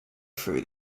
through